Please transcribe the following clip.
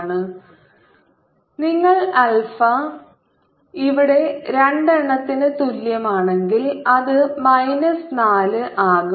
α2 β1 γ2 δ1α β 1 2α2βγ0 42γ0 γ2 നിങ്ങൾ ആൽഫ ഇവിടെ രണ്ടെണ്ണത്തിന് തുല്യമാണെങ്കിൽ അത് മൈനസ് നാല് ആകും